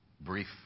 brief